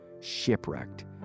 shipwrecked